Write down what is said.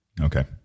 okay